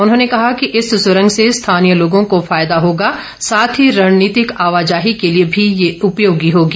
उन्होंने कहा कि इस सुरंग से स्थानीय लोगों को फायदा होगा साथ ही रणनीतिक आवाजाही के लिए भी यह उपयोगी होगी